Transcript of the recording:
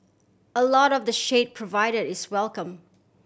a lot of the shade provided is welcome